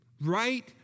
Right